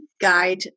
guide